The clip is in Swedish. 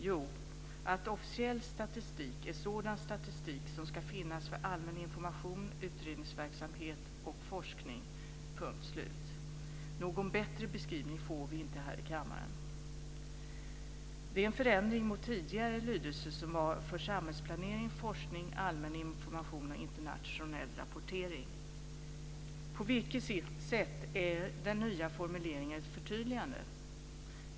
Jo, att "officiell statistik är sådan statistik som ska finnas för allmän information, utredningsverksamhet och forskning". Någon bättre beskrivning får vi inte i kammaren. Det är en förändring från den tidigare lydelsen "för samhällsplanering, forskning, allmän information och internationell rapportering". På vilket sätt är den nya formuleringen ett förtydligande?